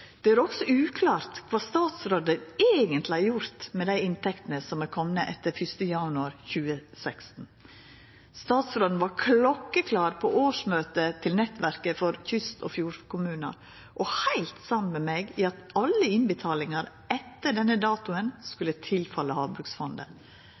Det er også uklart kva statsråden eigentleg har gjort med dei inntektene som er komne etter 1. januar 2016. Statsråden var klokkeklar på årsmøtet til nettverket for fjord- og kystkommunar og var heilt samd med meg i at alle innbetalingane etter denne datoen